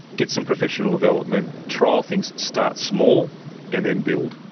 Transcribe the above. get some professional development, trial things, start small and then build,